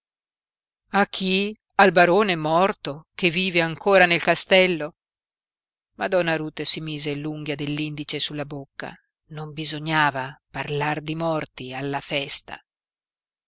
a chi al barone morto che vive ancora nel castello ma donna ruth si mise l'unghia dell'indice sulla bocca non bisognava parlar di morti alla festa